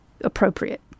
appropriate